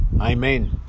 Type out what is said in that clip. amen